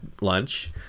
lunch